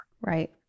right